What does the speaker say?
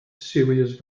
serious